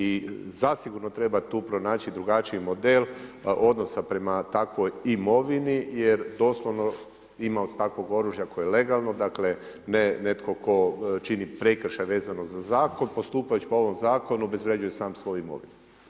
I zasigurno treba tu pronaći drugačiji model odnosa prema takvoj imovini jer doslovno imaoc takvog oružja koje je legalno, dakle, ne netko tko čini prekršaj vezano za zakon, postupajući po ovom zakonu obezvređuje sam svoju imovinu.